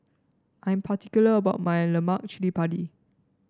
I'm particular about my Lemak Cili Padi